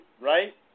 right